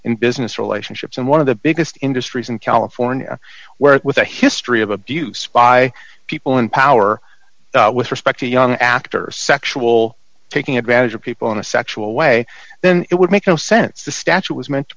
and business relationships and one of the biggest industries in california where it with a history of abuse by people in power with respect to young actor sexual taking advantage of people in a sexual way then it would make no sense the statue was